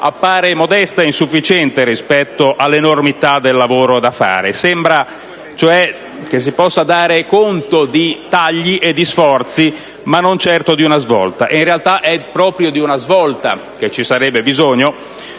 appare modesta e insufficiente rispetto all'enormità del lavoro da fare. Sembra si possa dare conto di tagli e di sforzi ma non certo di una svolta. In realtà, è proprio di una svolta che vi sarebbe bisogno